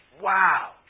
wow